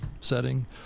setting